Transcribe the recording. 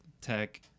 tech